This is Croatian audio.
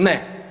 Ne.